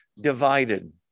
divided